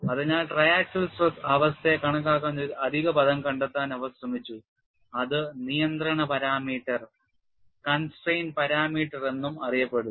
അതിനാൽ triaxial stress അവസ്ഥയെ കണക്കാക്കാൻ ഒരു അധിക പദം കണ്ടെത്താൻ അവർ ശ്രമിച്ചു അത് നിയന്ത്രണ പാരാമീറ്റർ എന്നും അറിയപ്പെടുന്നു